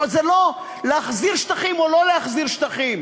זה לא להחזיר שטחים או לא להחזיר שטחים,